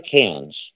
hands